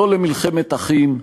לא למלחמת אחים.